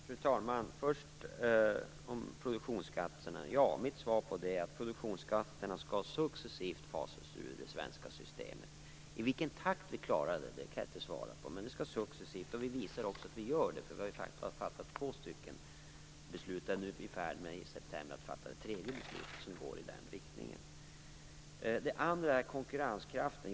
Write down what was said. Fru talman! Först vill jag säga något om produktionsskatterna. Mitt svar är att produktionsskatterna successivt skall tas ut ur det svenska systemet. I vilken takt vi klarar det kan jag inte säga, men det skall ske successivt. Vi visar också att vi gör det. Vi har fattat två beslut, och skall i september fatta ett tredje, som går i den riktningen. Det andra är konkurrenskraften.